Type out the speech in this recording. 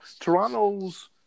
Toronto's